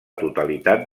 totalitat